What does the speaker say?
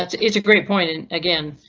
it's it's a great point. and again.